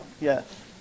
yes